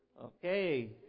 Okay